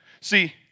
See